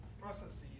processes